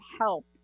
help